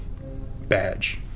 badge